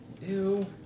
Ew